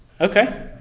Okay